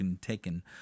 taken